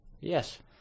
Yes